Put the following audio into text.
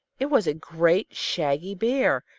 it was a great, shaggy bear,